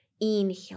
Inhale